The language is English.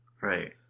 Right